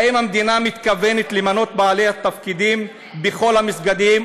האם המדינה מתכוונת למנות בעלי תפקידים בכל המסגדים?